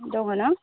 दङ ना